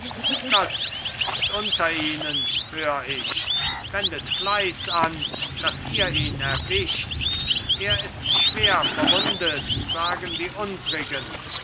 götz ist unter ihnen hör ich wendet fleiß an daß ihr ihn erwischt er ist schwer verwundet sagen die unsrigen